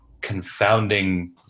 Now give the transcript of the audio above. confounding